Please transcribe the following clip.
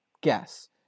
guess